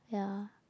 ya